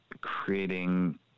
creating